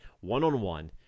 one-on-one